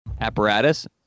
apparatus